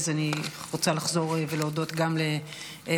אז אני רוצה לחזור ולהודות גם לפנינה